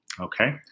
okay